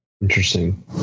Interesting